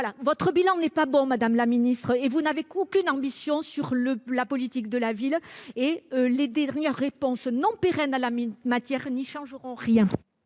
Votre bilan n'est pas bon, madame la ministre. Vous n'avez aucune ambition pour la politique de la ville. Les dernières réponses non pérennes apportées en la matière n'y changeront rien.